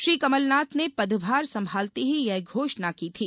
श्री कमलनाथ ने पदभार संभालते ही यह घोषणा की थी